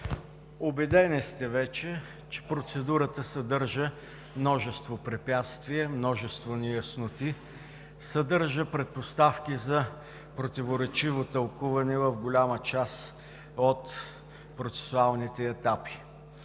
Убедени сте вече, че процедурата съдържа множество препятствия, множество неясноти, съдържа предпоставки за противоречиво тълкуване в голяма част от процесуалните етапи.